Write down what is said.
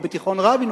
או בתיכון "רבין",